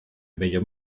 bello